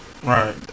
right